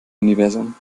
universum